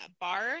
bar